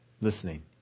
listening